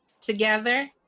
together